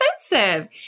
expensive